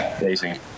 amazing